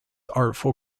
artful